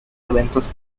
eventos